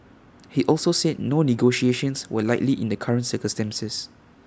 he also said no negotiations were likely in the current circumstances